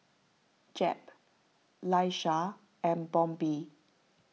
Jep Laisha and Bobbi